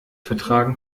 vertragen